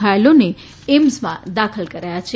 ઘાયલોને એઈમ્સમાં દાખલ કરાયા હતા